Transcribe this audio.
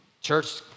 church